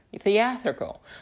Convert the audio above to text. theatrical